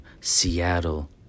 Seattle